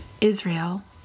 Israel